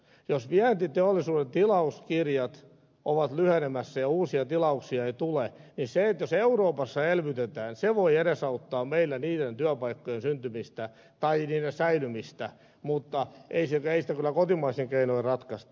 jos vientiteollisuuden tilauskirjat ovat lyhenemässä ja uusia tilauksia ei tule niin se jos euroopassa elvytetään voi edesauttaa meillä niiden työpaikkojen syntymistä tai niiden säilymistä mutta ei sitä kyllä kotimaisin keinoin ratkaista